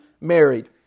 married